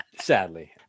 Sadly